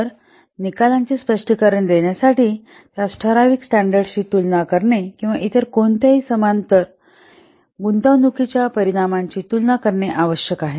तर निकालांचे स्पष्टीकरण करण्यासाठी त्यास ठराविक स्टॅंडर्डशी तुलना करणे किंवा इतर कोणत्याही समांतर गुंतवणूकीच्या परिणामाची तुलना करणे आवश्यक आहे